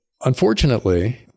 Unfortunately